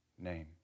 name